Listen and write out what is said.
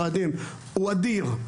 החרדים הוא אדיר.